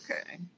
Okay